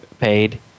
paid